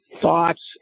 thoughts